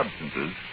substances